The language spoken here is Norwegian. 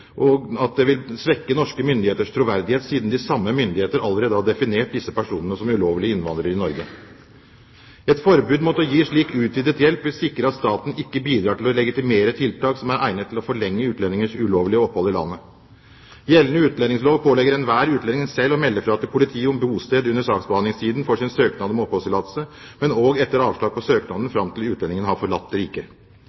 og at det vil svekke norske myndigheters troverdighet, siden de samme myndigheter allerede har definert disse personene som ulovlige innvandrere i Norge. Et forbud mot å gi slik utvidet hjelp vil sikre at staten ikke bidrar til å legitimere tiltak som er egnet til å forlenge utlendingers ulovlige opphold i landet. Gjeldende utlendingslov pålegger enhver utlending selv å melde fra til politiet om bosted under saksbehandlingstiden for sin søknad om oppholdstillatelse, men også etter avslag på